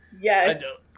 yes